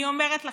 אני אומרת לכם,